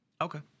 Okay